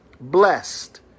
Blessed